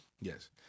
Yes